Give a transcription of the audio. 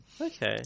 Okay